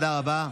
תודה רבה.